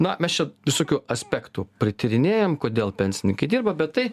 na mes čia visokių aspektų prityrinėjam kodėl pensininkai dirba bet tai